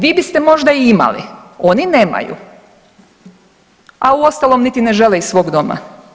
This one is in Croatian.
Vi bite možda i imali, oni nemaju, a uostalom niti ne žele iz svog doma.